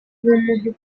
umuntu